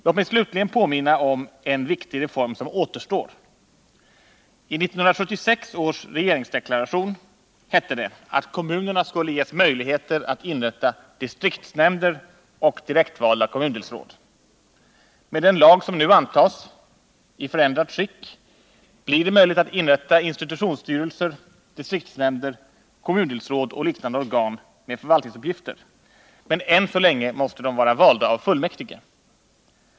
Låt mig slutligen påminna om en viktig reform som återstår. I 1976 års regeringsdeklaration hette det att kommunerna skulle ges möjligheter att inrätta distriktsnämnder och direktvalda kommundelsråd. Med den lag som nu antas i förändrat skick blir det möjligt att inrätta institutionsstyrelser, distriktshämnder, kommundelsråd och liknande organ med förvaltningsuppgifter. Men än så länge måste de vara valda av fullmäktige.